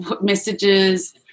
messages